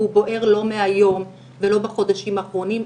והוא בוער לא מהיום ולא בחודשים האחרונים,